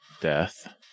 death